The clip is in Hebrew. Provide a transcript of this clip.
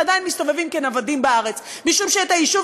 שעדיין מסתובבים כנוודים בארץ משום שאת היישוב